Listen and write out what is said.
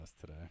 today